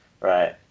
right